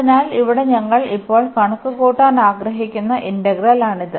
അതിനാൽ ഇവിടെ ഞങ്ങൾ ഇപ്പോൾ കണക്കുകൂട്ടാൻ ആഗ്രഹിക്കുന്ന ഇന്റഗ്രലാണിത്